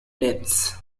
deaths